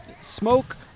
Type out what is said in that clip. smoke